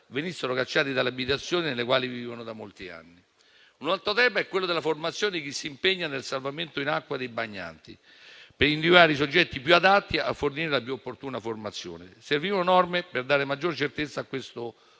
venissero cacciati dalle abitazioni nelle quali vivono da molti anni. Un altro tema è quello della formazione di chi si impegna nel salvamento in acqua dei bagnanti, per individuare i soggetti più adatti a fornire la più opportuna formazione. Servivano norme per dare maggiore certezza a questo percorso